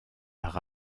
par